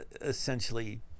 essentially